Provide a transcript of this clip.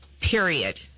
period